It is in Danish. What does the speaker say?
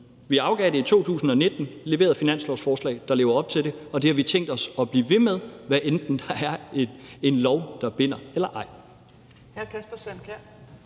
vi afgav det i 2019, leveret finanslovsforslag, der lever op til det, og det har vi tænkt os at blive ved med, hvad enten der er en lov, der binder, eller ej.